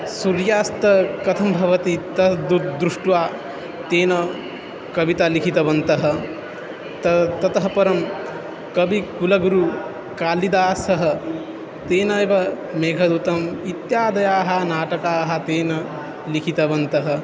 सूर्यास्तं कथं भवति तद् दु दृष्ट्वा तेन कविता लिखितवन्तः त ततः परं कविकुलगुरुः कालिदासः तेन एव मेघदूतम् इत्यादयः नाटकानि तेन लिखितवन्तः